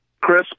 Chris